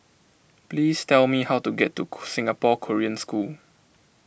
please tell me how to get to Singapore Korean School